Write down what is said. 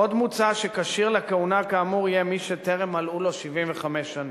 עוד מוצע שכשיר לכהונה כאמור יהיה מי שטרם מלאו לו 75 שנים.